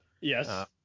yes